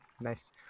Nice